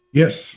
yes